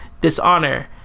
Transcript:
Dishonor